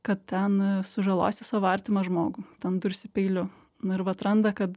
kad ten sužalosi savo artimą žmogų ten dursi peiliu na ir vat randa kad